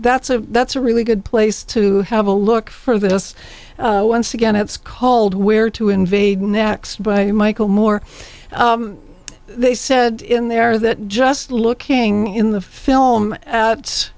that's a that's a really good place to have a look for this once again it's called where to invade next by michael moore they said in there that just looking in the film